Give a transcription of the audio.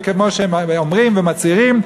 וכמו שהם אומרים ומצהירים,